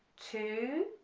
two,